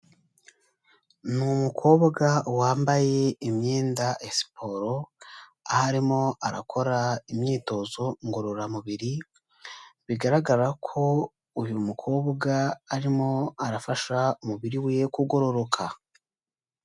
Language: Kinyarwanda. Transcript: Ni umukobwa wambaye imyenda ya siporo, aho arimo arakora imyitozo ngororamubiri, bigaragara ko uyu mukobwa arimo arafasha umubiri we kugororoka.